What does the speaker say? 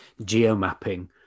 geomapping